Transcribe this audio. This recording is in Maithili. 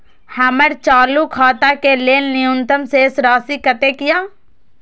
हमर चालू खाता के लेल न्यूनतम शेष राशि कतेक या?